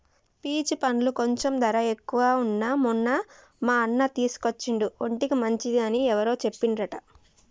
peach పండ్లు కొంచెం ధర ఎక్కువగా వున్నా మొన్న మా అన్న తీసుకొచ్చిండు ఒంటికి మంచిది అని ఎవరో చెప్పిండ్రంట